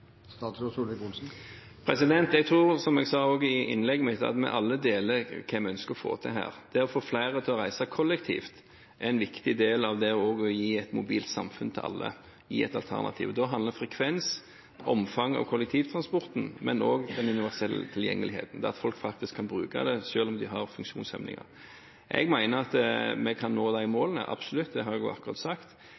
Jeg tror, som jeg også sa i innlegget mitt, at vi alle deler ønsket om hva vi skal få til. Det å få flere til å reise kollektivt er også en viktig del av det å gi et mobilt samfunn til alle som et alternativ. Det handler om frekvens og omfang av kollektivtransporten og om universell tilgjengelighet, at folk faktisk kan bruke det selv om de har funksjonshemninger. Jeg mener at vi kan nå de